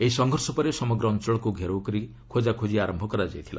ଏହି ସଂଘର୍ଷ ପରେ ସମଗ୍ର ଅଞ୍ଚଳକ୍ ଘେରାଉ କରି ଖୋଜାଖୋଜି ଆରମ୍ଭ କରାଯାଇଥିଲା